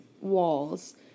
walls